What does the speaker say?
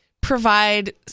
provide